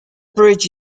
bridge